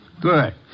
Good